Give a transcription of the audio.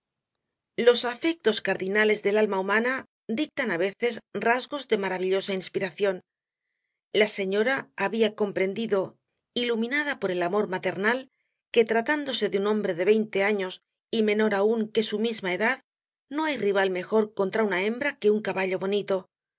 los afectos cardinales del alma humana dictan á veces rasgos de maravillosa inspiración la señora había comprendido iluminada por el amor maternal que tratándose de un hombre de veinte años y menor aún que su misma edad no hay rival mejor contra una hembra que un caballo bonito el